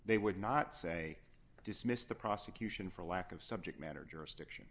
they would not say dismiss the prosecution for lack of subject matter jurisdiction